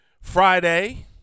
Friday